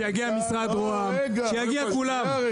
שיגיע משרד רוה"מ, שיגיעו כולם.